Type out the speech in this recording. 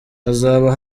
hazaba